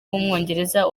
w’umwongereza